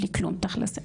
בלי כלום תכלס,